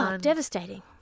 devastating